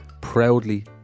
proudly